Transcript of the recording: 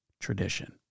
Tradition